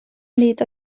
nid